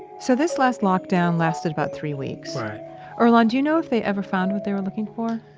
so this last lockdown lasted about three weeks right earlonne, do you know if they ever found what they were looking for?